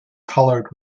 colored